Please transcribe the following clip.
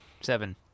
seven